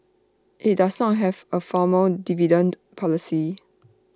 IT does not have A formal dividend policy